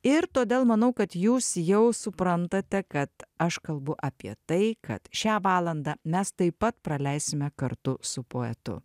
ir todėl manau kad jūs jau suprantate kad aš kalbu apie tai kad šią valandą mes taip pat praleisime kartu su poetu